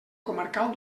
comarcal